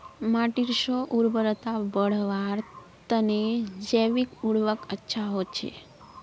माटीर स्व उर्वरता बढ़वार तने जैविक उर्वरक अच्छा होचे